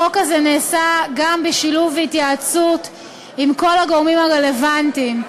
החוק הזה נעשה גם בשילוב והתייעצות עם כל הגורמים הרלוונטיים,